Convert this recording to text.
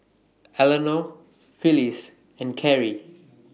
Elenore Phillis and Kerrie